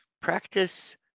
practice